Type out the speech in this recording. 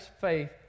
faith